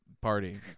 party